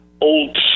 old